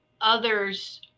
others